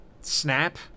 snap